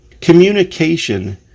Communication